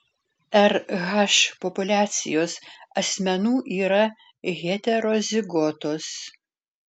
rh populiacijos asmenų yra heterozigotos